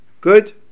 Good